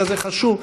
כזה חשוב,